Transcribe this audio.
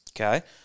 Okay